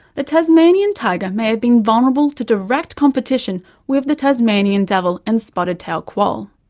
the tasmanian tiger may have been vulnerable to direct competition with the tasmanian devil and spotted tailed quoll.